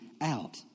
out